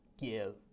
give